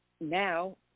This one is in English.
Now